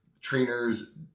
trainers